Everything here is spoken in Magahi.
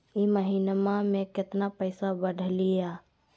ई महीना मे कतना पैसवा बढ़लेया?